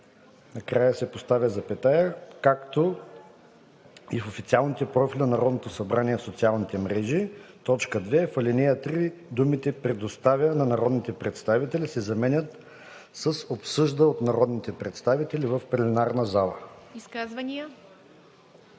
накрая се поставя запетая и се добавя „както и в официалните профили на Народното събрание в социалните мрежи“. 2. В ал. 3 думите „предоставя на народните представители“ се заменят с „обсъжда от народните представители в пленарна зала“.“